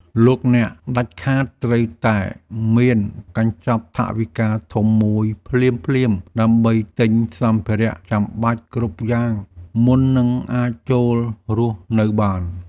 លោកអ្នកដាច់ខាតត្រូវតែមានកញ្ចប់ថវិកាធំមួយភ្លាមៗដើម្បីទិញសម្ភារៈចាំបាច់គ្រប់យ៉ាងមុននឹងអាចចូលរស់នៅបាន។